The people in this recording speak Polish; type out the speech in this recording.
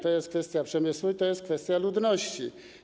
To jest kwestia przemysłu i to jest kwestia ludności.